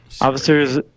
Officers